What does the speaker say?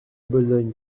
besogne